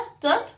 done